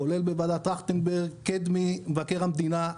כולל בוועדת טרכטנברג, קדמי, מבקר המדינה.